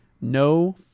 No